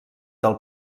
del